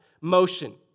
motion